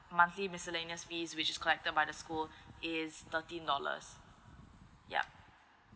monthly miscellaneous fees which is collected by the school is thirteen dollars ya